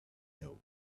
know